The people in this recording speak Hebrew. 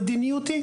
המדיניות היא,